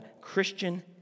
Christian